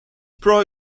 pro